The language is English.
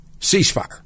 ceasefire